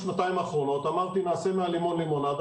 בשנתיים האחרונות אמרתי נעשה מהלימון לימונדה